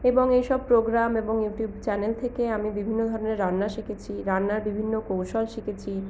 এবং এসব প্রোগ্রাম এবং ইউটিউব চ্যানেল থেকে আমি বিভিন্ন ধরনের রান্না শিখেছি রান্নার বিভিন্ন কৌশল শিখেছি